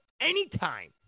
Anytime